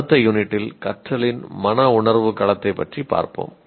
அடுத்த யூனிட்டில் கற்றலின் மன உணர்வு களத்தைப் பார்ப்போம்